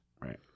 Right